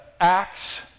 Acts